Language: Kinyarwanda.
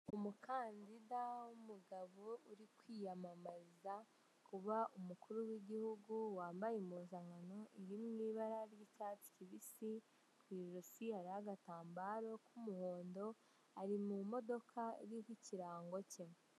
Umukandida w'umugabo, uri kwiyamamazira kuba umukuru w'igihugu, wambaye impuzankano iri mu ibara ry'icyatsi kibisi, ku ijosi hariho agatambaro k'umuhondo, ari mu modoka iriho ikirango cye.